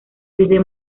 desde